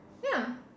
ya